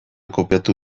kopiatu